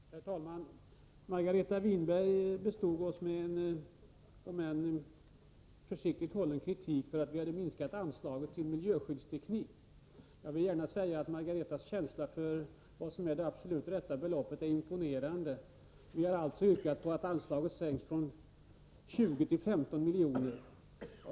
Herr talman! Margareta Winberg bestod oss med en, om än försiktigt hållen, kritik för att vi vill minska anslaget till miljöskyddsteknik. Margareta Winbergs känsla för vad som är det rätta beloppet är imponerande. Vi har yrkat på att anslaget skall sänkas från 20 till 15 miljoner.